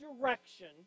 direction